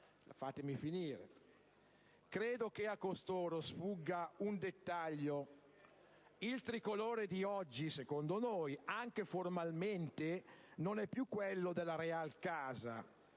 ricorrenza. Credo che a costoro sfugga un dettaglio: il Tricolore di oggi, secondo noi, anche formalmente, non è più quello della Real Casa,